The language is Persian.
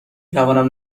توانم